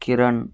Kiran